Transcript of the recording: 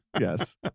Yes